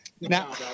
now